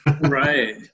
Right